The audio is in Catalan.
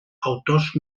autors